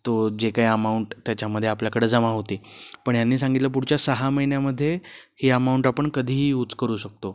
तो जे काय अमाऊंट त्याच्यामध्ये आपल्याकडं जमा होते पण ह्यांनी सांगितलं पुढच्या सहा महिन्यामध्ये ही अमाऊंट आपण कधीही यूज करू शकतो